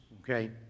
okay